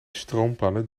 stroompanne